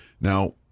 Now